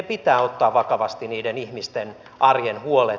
pitää ottaa vakavasti niiden ihmisten arjen huolet